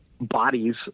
bodies